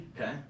okay